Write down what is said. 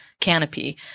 Canopy